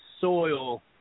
soil